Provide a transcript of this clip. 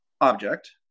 object